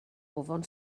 ofn